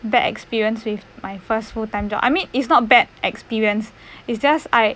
the experience with my first full time job I mean it's not bad experience is just I